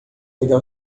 pegar